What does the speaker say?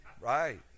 Right